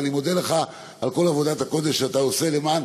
ואני מודה לך על כל עבודת הקודש שאתה עושה למען